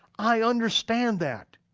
i understand that.